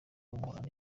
w’umuholandi